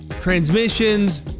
transmissions